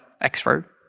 expert